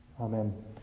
Amen